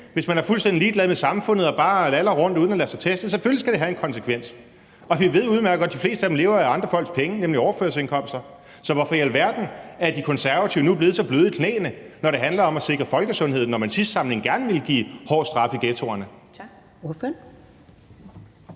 hvis man er fuldstændig ligeglad med samfundet og bare laller rundt uden at lade sig teste; selvfølgelig skal det have en konsekvens. Vi ved udmærket godt, at de fleste af dem lever af andre folks penge, nemlig overførselsindkomster, så hvorfor i alverden er De Konservative nu blevet så bløde i knæene, når det handler om at sikre folkesundheden, når man i sidste samling gerne ville give hårdere straffe i ghettoerne?